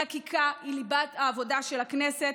החקיקה היא ליבת העבודה של הכנסת,